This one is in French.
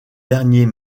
derniers